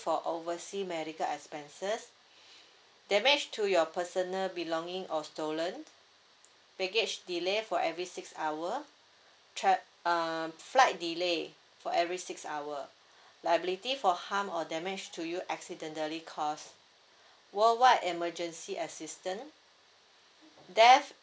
for oversea medical expenses damage to your personal belonging or stolen baggage delay for every six hour tra~ uh flight delay for every six hour liability for harm or damage to you accidentally caused worldwide emergency assistant death